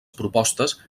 propostes